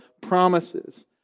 promises